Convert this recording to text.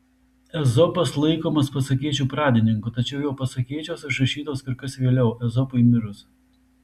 ezopas laikomas pasakėčių pradininku tačiau jo pasakėčios užrašytos kur kas vėliau ezopui mirus